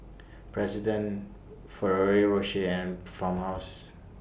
President Ferrero Rocher and Farmhouse